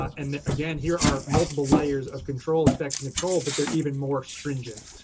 and again, here are multiple layers of control, infection control, but they're even more stringent.